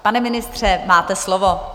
Pane ministře, máte slovo.